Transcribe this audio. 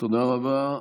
תודה רבה.